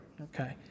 Okay